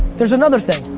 there's another thing.